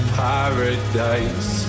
paradise